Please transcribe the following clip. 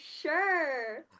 sure